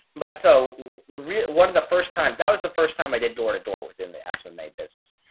but so the re one of the first time, that was the first time i did door to door was in the ah sma business,